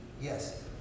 Yes